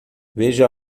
veja